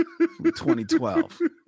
2012